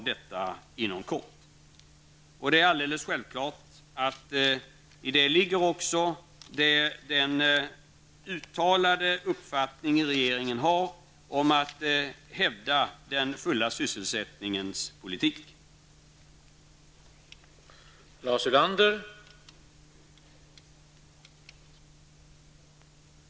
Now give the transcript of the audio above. Det är alldeles självklart att regeringens uttalade uppfattning om att det gäller att hävda den fulla sysselsättningens politik ligger i detta.